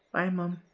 bye mum.